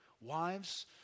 Wives